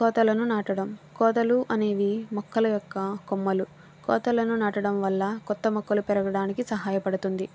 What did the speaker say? కోతలను నాటడం కోతలు అనేవి మొక్కల యొక్క కొమ్మలు కోతలను నాటడం వల్ల కొత్త మొక్కలు పెరగడానికి సహాయపడుతుంది